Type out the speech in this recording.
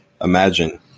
imagine